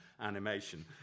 animation